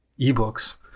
eBooks